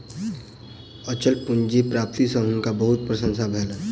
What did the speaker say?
अचल पूंजी प्राप्ति सॅ हुनका बहुत प्रसन्नता भेलैन